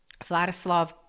Vladislav